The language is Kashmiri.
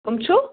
کُم چھِو